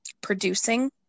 producing